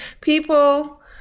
people